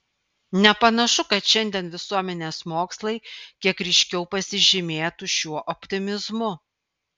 nepanašu kad šiandien visuomenės mokslai kiek ryškiau pasižymėtų šiuo optimizmu